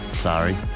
Sorry